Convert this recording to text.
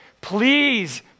please